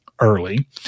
early